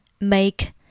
make